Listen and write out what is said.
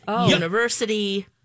University